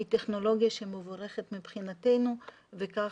היא טכנולוגיה שמבחינתנו מבורכת.